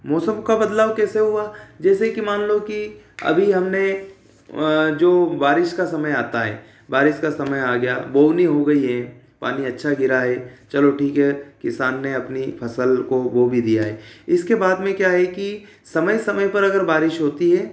मौसम का बदलाव कैसे हुआ जैसे की मान लो की अभी जो हमें बारिश का समय आता है बारिश का समय आ गया बुआई हो गई है पानी अच्छा गिरा है चलो ठीक है किसान ने अपनी फसल को बो भी दिया है इसके बाद क्या है की समय समय पर अगर बारिश होती है